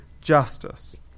justice